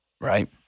Right